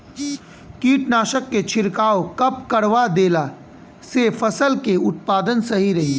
कीटनाशक के छिड़काव कब करवा देला से फसल के उत्पादन सही रही?